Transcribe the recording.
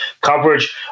coverage